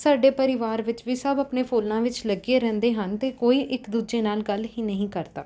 ਸਾਡੇ ਪਰਿਵਾਰ ਵਿੱਚ ਵੀ ਸਭ ਆਪਣੇ ਫ਼ੋਨਾਂ ਵਿੱਚ ਲੱਗੇ ਰਹਿੰਦੇ ਹਨ ਅਤੇ ਕੋਈ ਇੱਕ ਦੂਜੇ ਨਾਲ ਗੱਲ ਹੀ ਨਹੀਂ ਕਰਦਾ